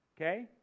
Okay